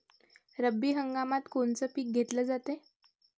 रब्बी हंगामात कोनचं पिक घेतलं जाते?